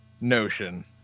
notion